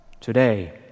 today